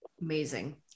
Amazing